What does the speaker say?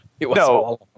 No